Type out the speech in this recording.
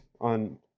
on